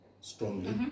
Strongly